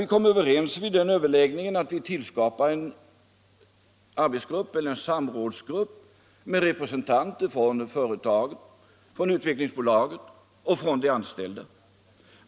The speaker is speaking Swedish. Vi kom vid överläggningen överens om att skapa en samrådsgrupp med representanter för företaget, Utvecklingsaktiebolaget och de anställda.